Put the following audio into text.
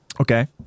Okay